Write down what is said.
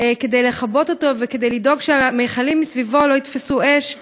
לכבות אותו, ולדאוג שהמכלים מסביבו לא יתפסו אש,